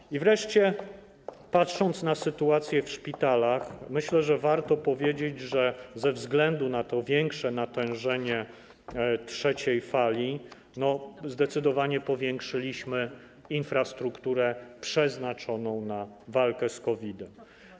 Patrząc wreszcie na sytuację w szpitalach, myślę, że warto powiedzieć, że ze względu na to większe natężenie trzeciej fali, zdecydowanie powiększyliśmy infrastrukturę przeznaczoną do walki z COVID-em.